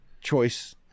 choice